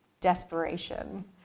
desperation